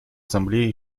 ассамблеей